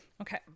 okay